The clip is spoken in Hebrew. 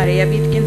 מריה ויתקין,